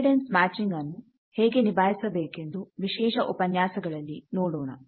impedance matching ವನ್ನು ಹೇಗೆ ನಿಭಾಯಿಸಬೇಕೆಂದು ವಿಶೇಷ ಉಪನ್ಯಾಸಗಳಲ್ಲಿ ನೋಡೋಣ